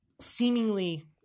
seemingly